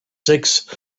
sechs